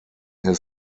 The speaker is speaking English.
his